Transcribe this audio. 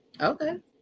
okay